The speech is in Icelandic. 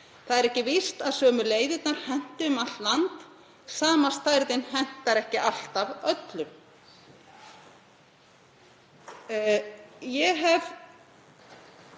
Ekki er víst að sömu leiðirnar henti um allt land, sama stærðin hentar ekki alltaf öllum. Ég hef